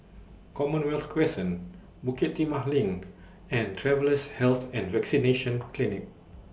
Commonwealth Crescent Bukit Timah LINK and Travellers' Health and Vaccination Clinic